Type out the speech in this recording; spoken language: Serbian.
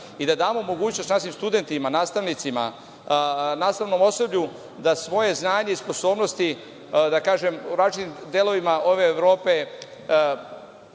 i da damo mogućnost našim studentima, nastavnicima, nastavnom osoblju da svoje znanje i sposobnosti, da kažem, u različitim delovima Evrope